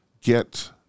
get